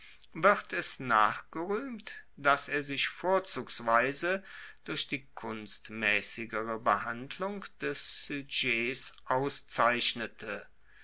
wird es nachgeruehmt dass er sich vorzugsweise durch die kunstmaessigere behandlung des sujets